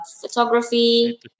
photography